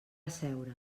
seure